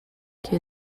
que